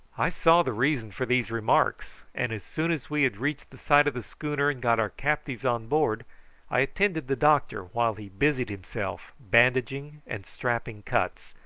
i saw the reason for these remarks and as soon as we had reached the side of the schooner and got our captives on board i attended the doctor while he busied himself bandaging and strapping cuts,